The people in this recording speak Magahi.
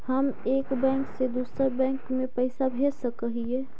हम एक बैंक से दुसर बैंक में पैसा भेज सक हिय?